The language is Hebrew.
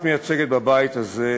את מייצגת בבית הזה,